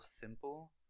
simple